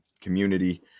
community